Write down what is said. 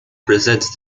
presents